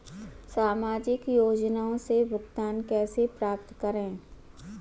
सामाजिक योजनाओं से भुगतान कैसे प्राप्त करें?